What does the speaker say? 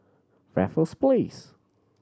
Raffles Place